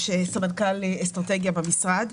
סמנכ"ל אסטרטגיה במשרד.